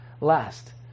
last